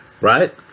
right